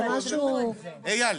זה משהו --- איל,